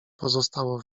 pozostało